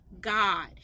God